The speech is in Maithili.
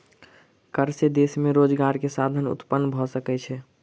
कर से देश में रोजगार के साधन उत्पन्न भ सकै छै